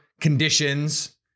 conditions